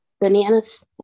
Bananas